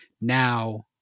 now